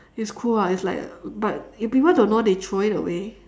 it's cool ah it's like but if people don't know they throw it away